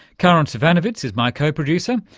karin zsivanovits is my co-producer,